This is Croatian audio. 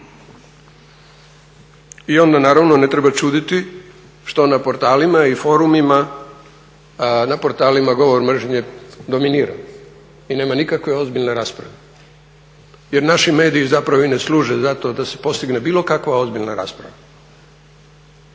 I onda naravno ne treba čuditi što na portalima i forumima, na portalima govor mržnje dominira i nema nikakve ozbiljne rasprave jer naši mediji zapravo i ne služe zato da se postigne bilo kakva ozbiljna rasprava.